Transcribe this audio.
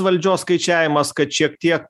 valdžios skaičiavimas kad šiek tiek